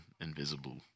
invisible